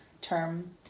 term